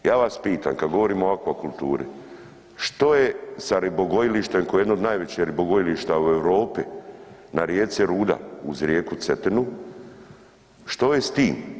Ja vas pitam kad govorimo o akvakulturi, što je sa ribogojilištem koje je jedno od najvećih ribogojilišta u Europi na rijeci Ruda uz rijeku Cetinu, što je s tim?